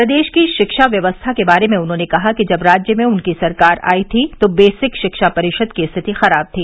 प्रदेश की रिक्षा व्यवस्था के बारे में उन्होंने कहा कि जब राज्य में उनकी सरकार आयी थी तो बेसिक शिक्षा परिषद की स्थिति खराब थी